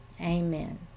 Amen